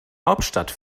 hauptstadt